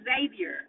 Xavier